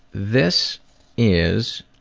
this is.